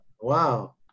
Wow